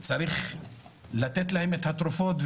וצריך לתת להם את התרופות,